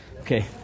Okay